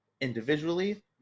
individually